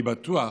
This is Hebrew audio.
אני בטוח